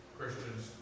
Christians